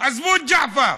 עזבו את ג'עפר,